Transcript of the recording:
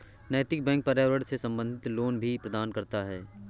नैतिक बैंक पर्यावरण से संबंधित लोन भी प्रदान करता है